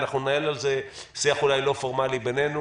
אנחנו ננהל על זה שיח אולי לא פורמלי בינינו,